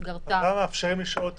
אז למה מאפשרים לשאול בעל-פה?